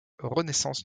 renaissance